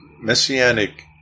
messianic